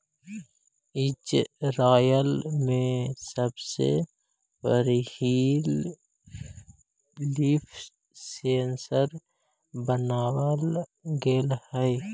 Israel में सबसे पहिले लीफ सेंसर बनाबल गेले हलई